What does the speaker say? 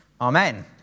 Amen